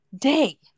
day